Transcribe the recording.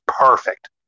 perfect